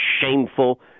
shameful